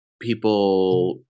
People